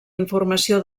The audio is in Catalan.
informació